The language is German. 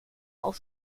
auch